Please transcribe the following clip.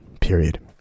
period